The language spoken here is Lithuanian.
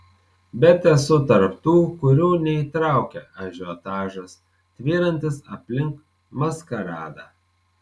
bet esu tarp tų kurių neįtraukia ažiotažas tvyrantis aplink maskaradą